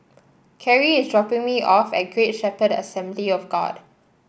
Carry is dropping me off at Great Shepherd Assembly of God